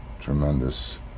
tremendous